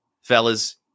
Fellas